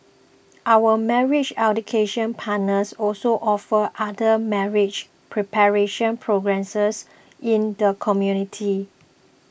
our marriage education partners also offer other marriage preparation programme says in the community